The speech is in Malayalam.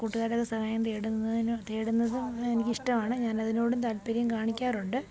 കൂട്ടുകാരുടെയൊക്കെ സഹായം തേടുന്നതിന് തേടുന്നതും എനിക്ക് ഇഷ്ടമാണ് ഞാൻ അതിനോടും താൽപര്യം കാണിക്കാറുണ്ട്